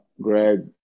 Greg